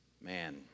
Man